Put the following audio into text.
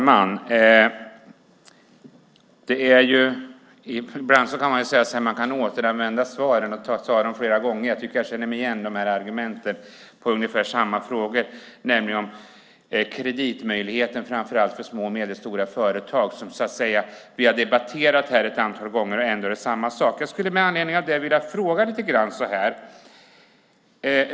Herr talman! Ibland kan man återanvända svaren, använda svaren flera gånger. Jag tycker att jag känner igen svaren på ungefär samma frågor, nämligen om kreditmöjligheten för framför allt små och medelstora företag. Detta har vi debatterat här ett antal gånger och ändå är det samma sak. Jag skulle med anledning av det ställa en fråga.